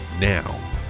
Now